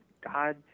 God